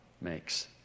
makes